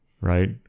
right